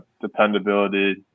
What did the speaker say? dependability